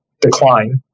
decline